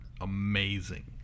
amazing